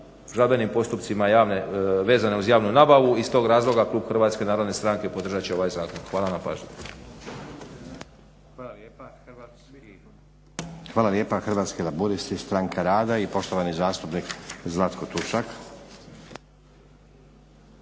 žalbenim postupcima vezane uz javnu nabavu i iz tog razloga klub HNS-a podržat će ovaj zakon. Hvala na pažnji. **Stazić, Nenad (SDP)** Hvala lijepa. Hrvatski laburisti-Stranka rada i poštovani zastupnik Zlatko Tušak.